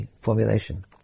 formulation